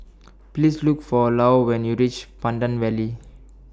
Please Look For Lou when YOU REACH Pandan Valley